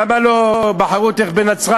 למה לא בחרו אותך בנצרת,